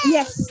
Yes